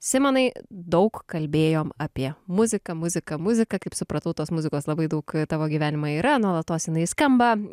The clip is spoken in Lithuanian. simonai daug kalbėjom apie muziką muziką muziką kaip supratau tos muzikos labai daug tavo gyvenime yra nuolatos jinai skamba